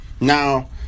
Now